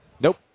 Nope